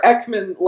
Ekman